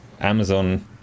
Amazon